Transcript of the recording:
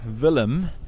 Willem